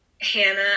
Hannah